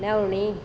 ನವ್ಣೆ